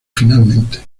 finalmente